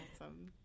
Awesome